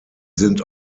sind